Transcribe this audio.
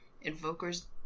Invoker's